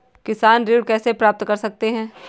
किसान ऋण कैसे प्राप्त कर सकते हैं?